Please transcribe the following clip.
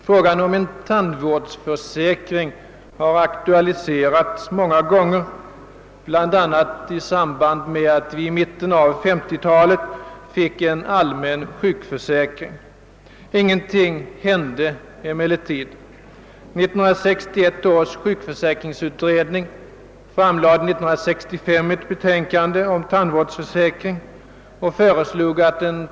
Frågan om en tandvårdsförsäkring har aktualiserats många gånger, bl.a. i samband med att vi i mitten av 1950-talet fick en allmän sjukförsäkring. Ingenting hände emellertid.